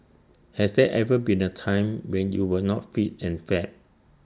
has there ever been A time when you were not fit and fab